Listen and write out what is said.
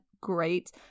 great